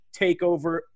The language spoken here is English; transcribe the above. TakeOver